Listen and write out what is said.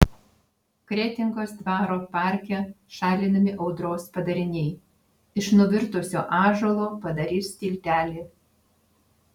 kretingos dvaro parke šalinami audros padariniai iš nuvirtusio ąžuolo padarys tiltelį